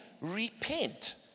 repent